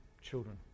children